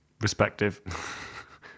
Respective